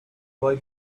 boy